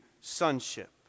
sonship